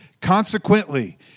Consequently